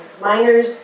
minors